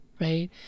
right